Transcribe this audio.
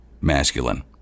masculine